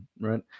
right